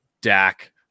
Dak